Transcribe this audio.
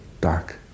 dark